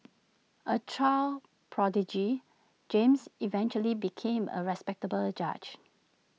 A child prodigy James eventually became A respectable judge